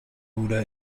order